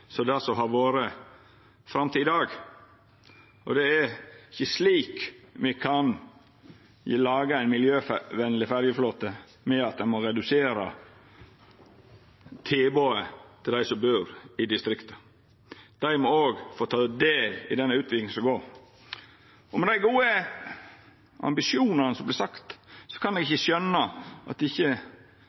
det som har vore fram til i dag. Det er ikkje slik me kan laga ein miljøvenleg ferjeflåte, ved at ein må redusera tilbodet til dei som bur i distrikta. Dei må òg få ta del i den utviklinga som skjer. Med dei gode ambisjonane som er vortne sagde, kan eg ikkje skjøna at ikkje